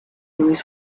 louis